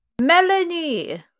Melanie